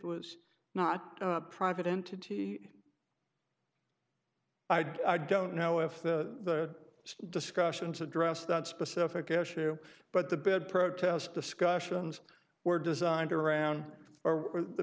was not a private entity i don't know if the discussions address that specific issue but the big protest discussions were designed around